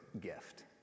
gift